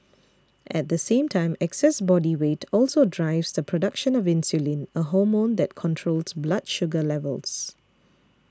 at the same time excess body weight also a drives the production of insulin a hormone that controls blood sugar levels